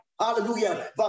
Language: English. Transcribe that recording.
Hallelujah